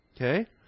Okay